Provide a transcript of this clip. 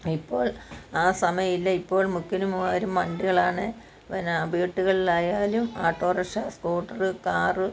ഇപ്പോൾ ആ സമയമില്ല ഇപ്പോൾ മുക്കിലും വണ്ടികളാണ് പിന്നെ വീട്ടുകളിലായാലും ആട്ടോ റിക്ഷ സ്കൂട്ടര് കാര്